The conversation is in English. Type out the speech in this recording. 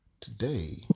Today